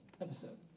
episode